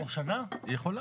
היא יכולה.